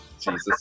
Jesus